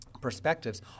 perspectives